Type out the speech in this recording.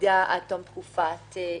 מידע עד תום תקופת ההתיישנות.